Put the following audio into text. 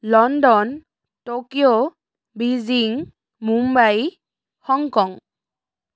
London Tokyo Beijing Mumbai Hong Kong